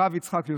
הרב יצחק יוסף.